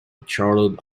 charlotte